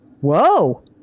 Whoa